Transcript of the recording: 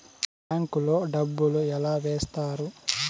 bank లో డబ్బులు ఎలా వేస్తారు